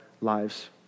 lives